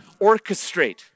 orchestrate